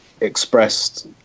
expressed